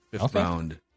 fifth-round